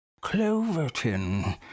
Cloverton